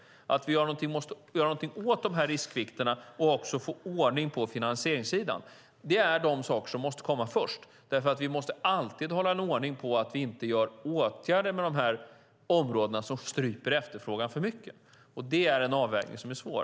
Vi måste göra någonting åt de här riskvikterna och få ordning på finansieringssidan. Det är de saker som måste komma först. Vi måste alltid ha en sådan ordning att vi inte vidtar åtgärder på de här områdena som stryper efterfrågan för mycket. Det är en avvägning som är svår.